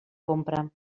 compra